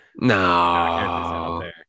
No